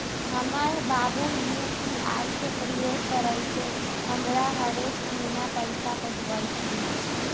हमर बाबू यू.पी.आई के प्रयोग करइते हमरा हरेक महिन्ना पैइसा पेठबइ छिन्ह